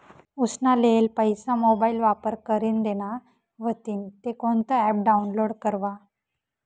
उसना लेयेल पैसा मोबाईल वापर करीन देना व्हतीन ते कोणतं ॲप डाऊनलोड करवा?